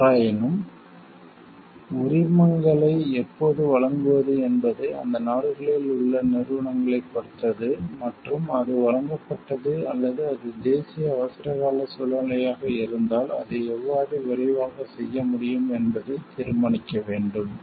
எவ்வாறாயினும் உரிமங்களை எப்போது வழங்குவது என்பது அந்த நாடுகளில் உள்ள நிறுவனங்களைப் பொறுத்தது மற்றும் அது வழங்கப்பட்டது அல்லது அது தேசிய அவசரகால சூழ்நிலையாக இருந்தால் அதை எவ்வளவு விரைவாகச் செய்ய முடியும் என்பதை தீர்மானிக்க வேண்டும்